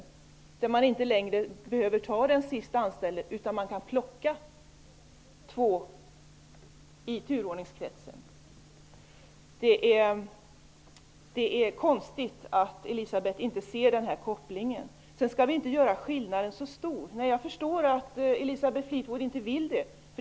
Den innebär att man inte längre behöver ta den sist anställde utan kan plocka ut två ur turordningskretsen. Det är konstigt att Elisabeth Fleetwood inte ser denna koppling. Jag förstår vidare att Elisabeth Fleetwood inte vill att vi skall göra skillnaden så stor.